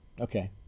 Okay